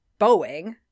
Boeing